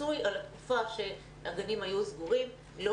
הפיצוי על התקופה שהגנים היו סגורים לא